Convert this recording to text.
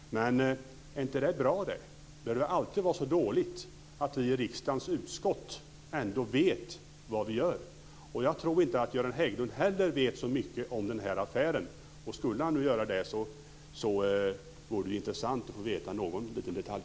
Men är inte det bra? Behöver det alltid vara så dåligt att vi i riksdagens utskott ändå vet vad vi gör? Jag tror inte att Göran Hägglund heller vet så mycket om denna affär. Och skulle han göra det så vore det intressant att få veta någon liten detalj.